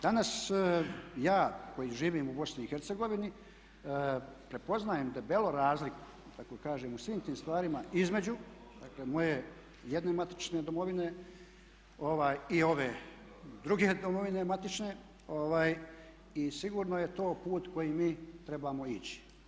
Danas ja koji živim u BiH prepoznajem debelo razliku da tako kažem u svim tim stvarima između dakle moje jedne matične domovine i ove druge domovine matične i sigurno je to put kojim mi trebamo ići.